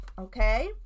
Okay